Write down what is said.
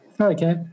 okay